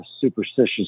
superstitious